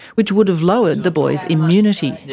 which would have lowered the boy's immunity. yeah,